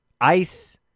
ICE